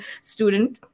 student